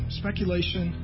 speculation